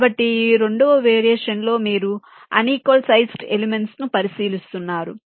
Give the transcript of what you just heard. కాబట్టి ఈ రెండవ వేరియేషన్ లో మీరు అన్ ఈక్వల్ సైజ్డ్ ఎలిమెంట్స్ ను పరిశీలిస్తున్నారు